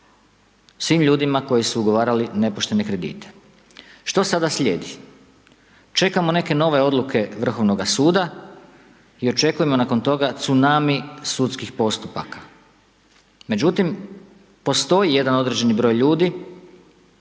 svim ljudima koji su ugovarali nepoštene kredite. Što sada slijedi? Čekamo neke nove odluke Vrhovnoga suda i očekujemo nakon toga tsunami sudskih postupaka. Međutim, postoji jedan određeni broj ljudi,